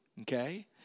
okay